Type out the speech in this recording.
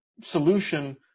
solution